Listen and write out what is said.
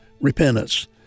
repentance